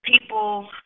people